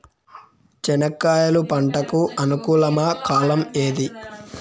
చెనక్కాయలు పంట కు అనుకూలమా కాలం ఏది?